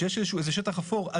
שיש איזה שטח אפור,